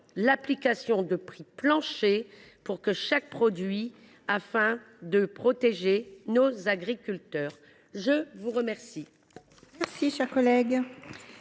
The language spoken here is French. l’application de prix plancher pour chaque produit, afin de protéger nos agriculteurs. La parole